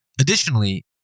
Additionally